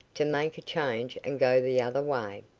to make a change and go the other way.